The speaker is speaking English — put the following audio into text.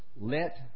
let